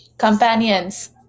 companions